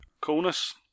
Coolness